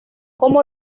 como